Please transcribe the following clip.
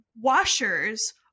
Washers